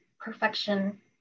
perfection